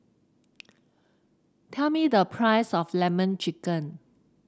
tell me the price of lemon chicken